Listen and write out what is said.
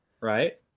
Right